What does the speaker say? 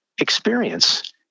experience